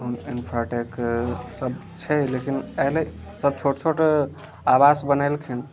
ओहिमे इन्फ्राटेक सभ छै लेकिन अयलै सभ छोट छोट आवास बनेलखिन